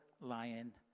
lion